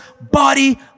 body